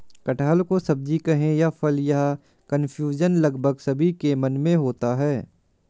कटहल को सब्जी कहें या फल, यह कन्फ्यूजन लगभग सभी के मन में होता है